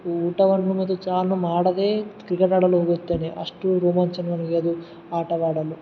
ಊಟವನ್ನು ಮತ್ತು ಚಾನು ಮಾಡದೇ ಕ್ರಿಕೆಟ್ ಆಡಲು ಹೋಗುತ್ತೇನೆ ಅಷ್ಟು ರೋಮಾಂಚನ ನನಗೆ ಅದು ಆಟವಾಡಲು